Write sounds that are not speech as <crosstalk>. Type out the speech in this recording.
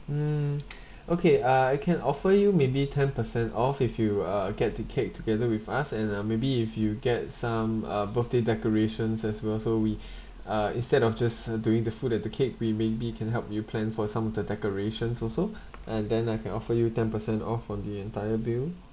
mm <noise> okay uh I can offer you maybe ten percent off if you uh get the cake together with us and uh maybe if you get some uh birthday decorations as well so we <breath> uh instead of just uh doing the food and the cake we maybe can help you plan for some of the decorations also <breath> and then I can offer you ten percent off on the entire bill